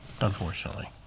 Unfortunately